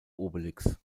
obelix